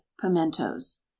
pimentos